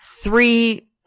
three